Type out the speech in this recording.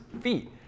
feet